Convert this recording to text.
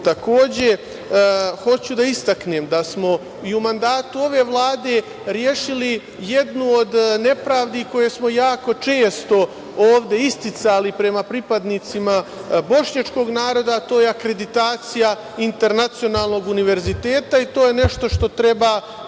puno. Takođe hoću da istaknem da smo i u mandatu ove Vlade rešili jednu od nepravdi koje smo jako često ovde isticali prema pripadnicima bošnjačkog naroda. To je akreditacija internacionalnog univerziteta i to je nešto što treba